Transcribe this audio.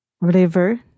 River